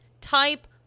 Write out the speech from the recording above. type